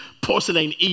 porcelain